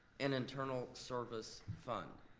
and internal service fund.